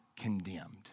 condemned